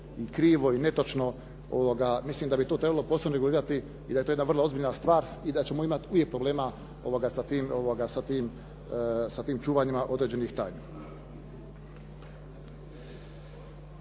i krivo i netočno. Mislim da bi tu trebalo posebno regulirati i da je to jedna vrlo ozbiljna stvar, i da ćemo imati uvijek problema sa tim čuvanjima određenih tajni.